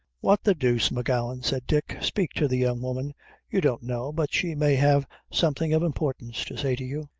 what the deuce, m'gowan! said dick, speak, to the young woman you don't know but she may have something of importance to say to you.